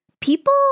people